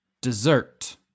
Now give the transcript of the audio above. dessert